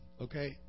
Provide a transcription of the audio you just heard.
Okay